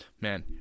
man